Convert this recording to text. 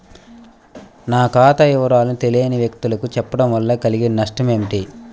నా ఖాతా వివరాలను తెలియని వ్యక్తులకు చెప్పడం వల్ల కలిగే నష్టమేంటి?